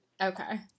Okay